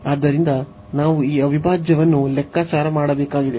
ಆದ್ದರಿಂದ ನಾವು ಈ ಅವಿಭಾಜ್ಯವನ್ನು ಲೆಕ್ಕಾಚಾರ ಮಾಡಬೇಕಾಗಿದೆ